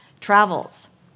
Travels